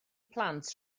blant